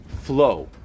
flow